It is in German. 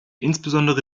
insbesondere